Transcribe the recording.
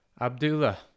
abdullah